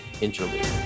interlude